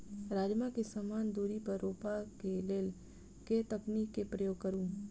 राजमा केँ समान दूरी पर रोपा केँ लेल केँ तकनीक केँ प्रयोग करू?